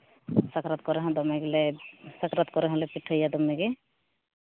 ᱥᱟᱠᱨᱟᱛ ᱠᱚᱨᱮ ᱦᱚᱸ ᱫᱚᱢᱮ ᱜᱮᱞᱮ ᱥᱟᱠᱨᱟᱛ ᱠᱚᱨᱮ ᱦᱚᱸᱞᱮ ᱯᱤᱴᱷᱟᱹᱭᱟ ᱫᱚᱢᱮ ᱜᱮ